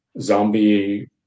zombie